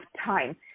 time